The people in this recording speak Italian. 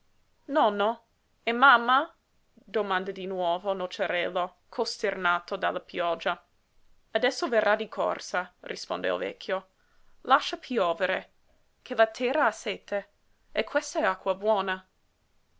notajo nonno e mamma domanda di nuovo nociarello costernato dalla pioggia adesso verrà di corsa risponde il vecchio lascia piovere ché la terra ha sete e questa è acqua buona